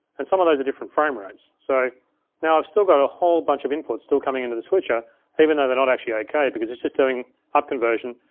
and some of those are different frame rates. so now i've still got a whole bunch of inputs still coming into the switcher even though they're not actually eight k, because it's just doing upconversion.